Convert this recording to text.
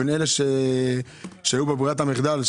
בין אלה שהיו בברירת המחדל,